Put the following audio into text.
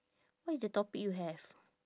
what is the topic you have